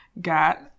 got